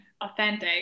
authentic